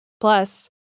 Plus